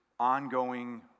ongoing